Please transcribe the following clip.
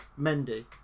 Mendy